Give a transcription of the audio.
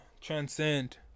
Transcend